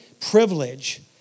privilege